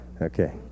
Okay